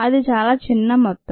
ఇది చాలా చిన్న మొత్తం